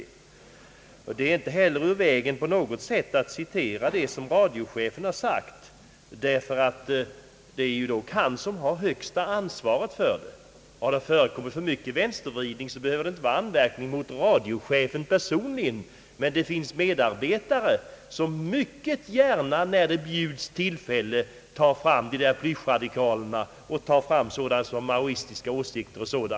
Det är inte ur vägen på något sätt att citera vad radiochefen har sagt, därför att det ju ändå är han som har högsta ansvaret. Om det har förekommit en alltför stor vänstervridning, behöver det inte innebära en anmärkning mot radiochefen personligen. Det finns dock medarbetare som mycket gärna när det bjuds tillfälle låter dessa »plyschradikaler» och folk med maoistiska åsikter framträda.